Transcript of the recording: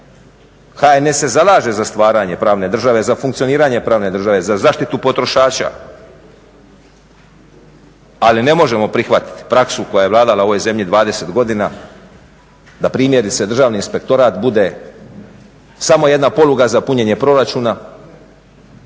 HNS se zalaže za stvaranje pravne države, za funkcioniranje pravne države, za zaštitu potrošača ali ne možemo prihvatiti praksu koja je vladala u ovoj zemlji 20 godina da primjerice Državni inspektorat bude samo jedna poluga za punjenje proračuna,